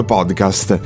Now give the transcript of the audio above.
Podcast